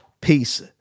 peace